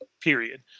period